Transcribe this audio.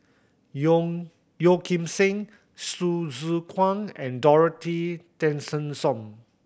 Yong Yeo Kim Seng Hsu Tse Kwang and Dorothy Tessensohn